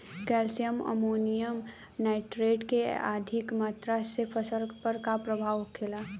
Calcium ammonium nitrate के अधिक मात्रा से फसल पर का प्रभाव होखेला?